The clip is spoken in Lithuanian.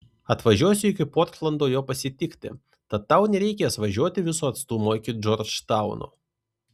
atvažiuosiu iki portlando jo pasitikti tad tau nereikės važiuoti viso atstumo iki džordžtauno